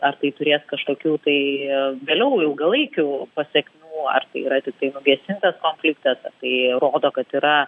ar tai turės kažkokių tai vėliau ilgalaikių pasekmių ar tai yra tiktai nugesintas konfliktas tai rodo kad yra